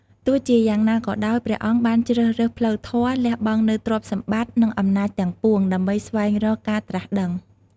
ទោះជាយ៉ាងណាក៏ដោយ ព្រះអង្គបានជ្រើសរើសផ្លូវធម៌ លះបង់នូវទ្រព្យសម្បត្តិ និងអំណាចទាំងពួង ដើម្បីស្វែងរកការត្រាស់ដឹង។